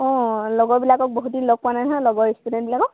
অঁ লগৰবিলাকক বহু দিন লগ পোৱা নহয় লগৰ ষ্টুডেণ্টবিলাকক